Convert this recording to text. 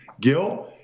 Gil